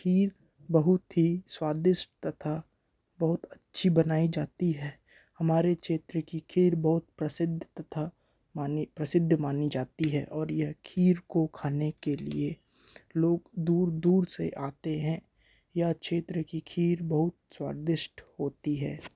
खीर बहुत ही स्वादिष्ट तथा बहुत अच्छी बनाई जाती है हमारे क्षेत्र की खीर बहुत प्रसिद्ध तथा मानी प्रसिद्ध मानी जाती है और यह खीर को खाने के लिए लोग दूर दूर से आते हैं यह क्षेत्र की खीर बहुत स्वादिष्ट होती है